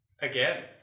Again